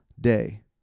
day